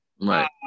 Right